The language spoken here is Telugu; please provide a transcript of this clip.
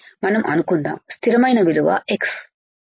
మనం అనుకుందాం స్థిరమైన విలువ x